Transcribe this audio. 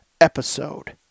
episode